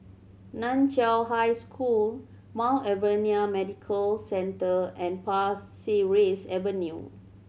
Nan Chiau High School Mount Alvernia Medical Centre and Pasir Ris Avenue